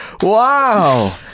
wow